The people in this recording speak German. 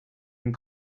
den